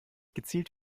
gezielt